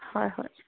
ꯍꯣꯏ ꯍꯣꯏ